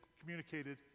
communicated